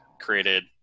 created